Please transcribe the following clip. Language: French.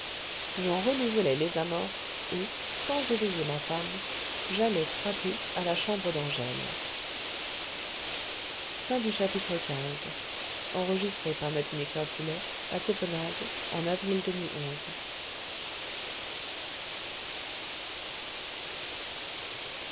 j'en renouvelai les amorces et sans éveiller ma femme j'allai frapper à la chambre d'angèle